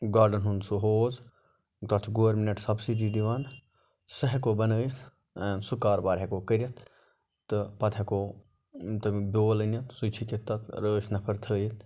گاڑَن ہُنٛد سُہ ہوز تتھ چھُ گورمِنَٹ سَبسِڈی دِوان سُہ ہیٚکو بَنٲوِتھ سُہ کاربار ہیٚکو کٔرِتھ تہٕ پَتہٕ ہیٚکو تَمیُک بیول أنِتھ سُہ ہیٚکہہِ تتھ رٲچھۍ نَفر تھٲوِتھ